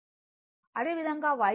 08 అదేవిధంగా Y2 0